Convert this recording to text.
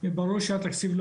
מול ועד ראשי הרשויות,